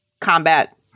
combat